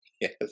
yes